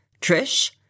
Trish